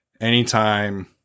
anytime